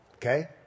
Okay